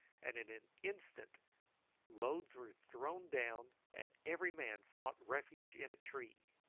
and in an instant loads were thrown down and every man sought refuge in a tree.